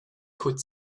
could